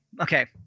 Okay